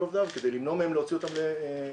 עובדיו כדי למנוע מהם להוציא אותם לאבטלה.